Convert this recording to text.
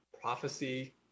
prophecy